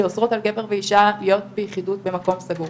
שאוסרות על גבר ואישה להיות ביחידות במקום סגור.